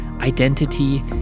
identity